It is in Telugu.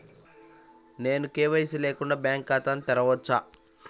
నేను కే.వై.సి లేకుండా బ్యాంక్ ఖాతాను తెరవవచ్చా?